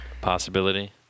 possibility